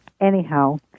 anyhow